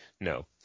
No